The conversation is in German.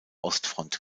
ostfront